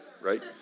Right